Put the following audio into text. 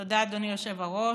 תודה, אדוני היושב-ראש.